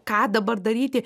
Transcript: ką dabar daryti